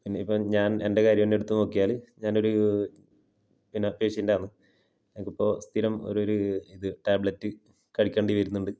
പിന്നെ ഇപ്പം ഞാന് എന്റെ കാര്യം തന്നെ എടുത്തു നോക്കിയാൽ ഞാൻ ഒരൂ പിന്നെ പേഷ്യൻ്റ് ആണ് എനിക്ക് ഇപ്പോൾ സ്ഥിരം ഒരൂ ഇത് ടാബ്ലെറ്റ് കഴിക്കേണ്ടി വരുന്നുണ്ട്